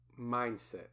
mindset